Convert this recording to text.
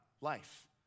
life